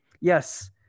yes